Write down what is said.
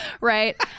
right